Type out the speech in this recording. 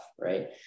Right